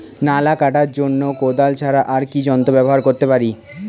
নালা কাটার জন্য কোদাল ছাড়া আর কি যন্ত্র ব্যবহার করতে পারি?